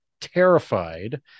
terrified